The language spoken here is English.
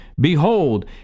Behold